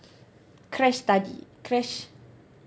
crash study crash